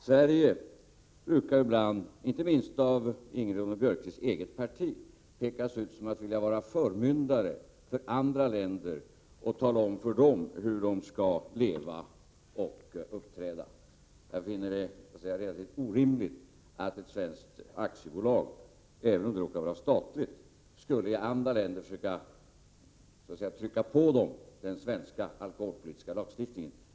Sverige brukar, inte minst av Ingrid Ronne-Björkqvists eget parti, pekas ut som det land som vill vara förmyndare för andra länder och som vill tala om för dem hur de skall leva och uppträda. Jag finner det relativt orimligt att ett svenskt aktiebolag, även om det råkar vara statligt, i andra länder skulle försöka så att säga trycka på dem den svenska alkoholpolitiska lagstiftningen.